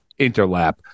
interlap